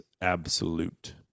absolute